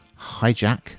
Hijack